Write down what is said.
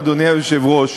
אדוני היושב-ראש,